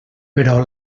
però